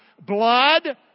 blood